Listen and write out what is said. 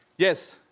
yes,